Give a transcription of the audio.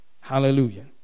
Hallelujah